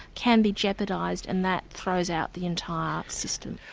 can be jeopardised and that throws out the entire system.